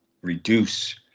reduce